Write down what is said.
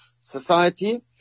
society